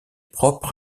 propre